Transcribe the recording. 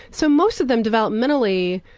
so most of them developmentally,